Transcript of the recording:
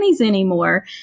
anymore